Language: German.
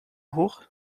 hoch